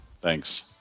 Thanks